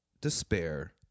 despair